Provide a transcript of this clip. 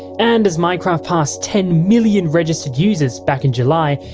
and has minecraft passed ten million registered users back in july,